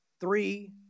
three